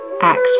Acts